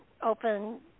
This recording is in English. open